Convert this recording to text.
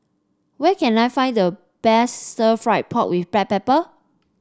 where can I find the best Stir Fried Pork with Black Pepper